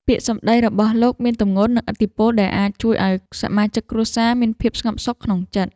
ពាក្យសម្តីរបស់លោកមានទម្ងន់ និងឥទ្ធិពលដែលអាចជួយឱ្យសមាជិកគ្រួសារមានភាពស្ងប់សុខក្នុងចិត្ត។